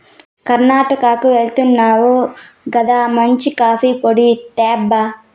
కర్ణాటకెళ్తున్నావు గదా మంచి కాఫీ పొడి తేబ్బా